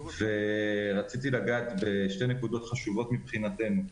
רציתי לגעת בשתי נקודות חשובות מבחינתנו.